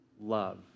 love